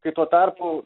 kai tuo tarpu